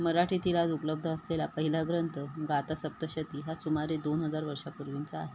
मराठीतील आज उपलब्ध असलेला पहिला ग्रंथ गाथा सप्तशती हा सुमारे दोन हजार वर्षापूर्वींचा आहे